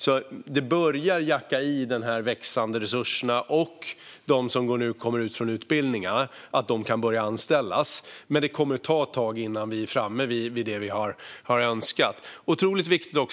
Man börjar se effekt av de växande resurserna, och de som nu kommer ut från utbildningarna kan börja anställas, men det kommer att ta ett tag innan vi är framme vid det vi har önskat.